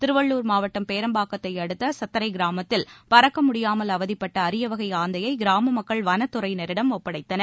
திருவள்ளூர் மாவட்டம் பேரம்பாக்கத்தை அடுத்த சத்தரை கிராமத்தில் பறக்க முடியாமல் அவதிப்பட்ட அரிய வகை ஆந்தையை கிராம மக்கள் வனத்துறையினரிடம் ஒப்படைத்தனர்